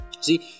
See